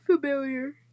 familiar